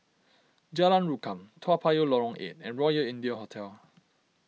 Jalan Rukam Toa Payoh Lorong eight and Royal India Hotel